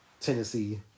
Tennessee